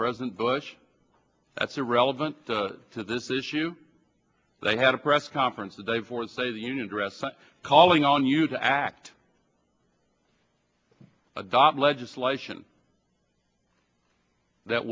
president bush that's irrelevant to this issue they had a press conference today for save the union address calling on you to act adopt legislation that